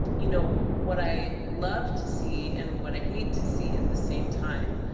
you know, what i love to see, and what i hate to see at the same time,